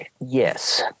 Yes